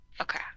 Okay